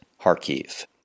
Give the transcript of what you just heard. Kharkiv